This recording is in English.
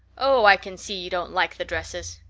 oh, i can see you don't like the dresses!